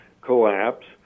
collapse